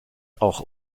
auch